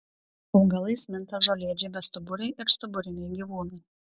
augalais minta žolėdžiai bestuburiai ir stuburiniai gyvūnai